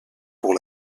pour